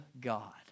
God